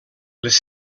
les